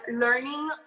learning